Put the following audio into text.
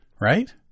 right